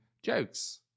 jokes